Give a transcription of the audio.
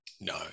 No